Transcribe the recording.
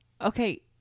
Okay